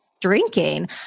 drinking